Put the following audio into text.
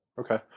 Okay